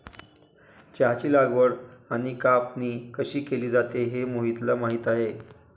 चहाची लागवड आणि कापणी कशी केली जाते हे मोहितला माहित आहे